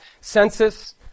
census